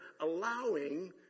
allowing